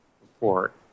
report